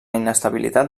inestabilitat